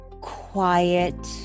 quiet